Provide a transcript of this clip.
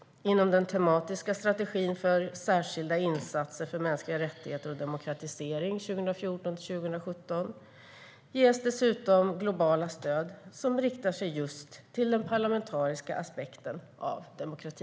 Inom den tematiska strategin för särskilda insatser för mänskliga rättigheter och demokratisering 2014-2017 ges dessutom globala stöd som riktar sig just till den parlamentariska aspekten av demokrati.